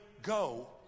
go